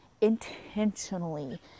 intentionally